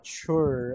sure